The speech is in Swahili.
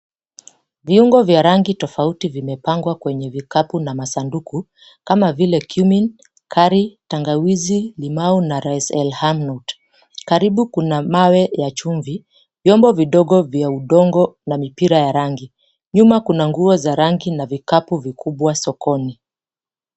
Viungo vya rangi tofauti vimepangwa kwenye vikapu na masunduku kama vile cumin, curry , tangawizi, limau na Rice Elhanod . Karibu kuna mawe ya chumvi, vyombo vidogo vya udongo na mipira ya rangi. Nyuma kuna nguo za rangi na vikapu vikubwa sokoni.